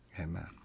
Amen